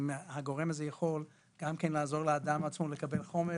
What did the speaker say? אם הגורם הזה יכול גם לעזור לאדם עצמו לקבל חומר,